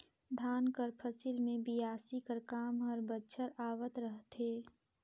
धान कर फसिल मे बियासी कर काम हर बछर आवत रहथे